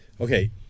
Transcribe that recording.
Okay